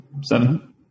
Seven